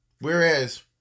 whereas